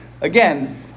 Again